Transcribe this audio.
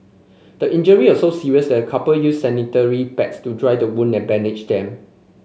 the injury were so serious that the couple used sanitary pads to dry the wound and bandage them